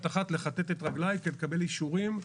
לכתת את רגליי כדי לקבל אישורים,